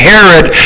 Herod